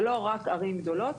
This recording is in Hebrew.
זה לא רק ערים גדולות,